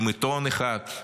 עם עיתון אחד,